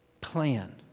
plan